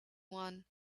one